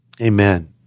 amen